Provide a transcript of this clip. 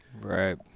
Right